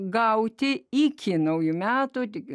gauti iki naujų metų tik